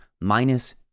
minus